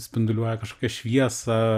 spinduliuoja kažkokią šviesą